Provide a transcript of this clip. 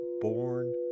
born